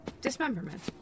dismemberment